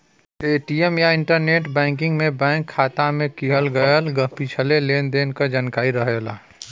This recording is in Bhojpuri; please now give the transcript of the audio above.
ए.टी.एम या इंटरनेट बैंकिंग में बैंक खाता में किहल गयल पिछले लेन देन क जानकारी रहला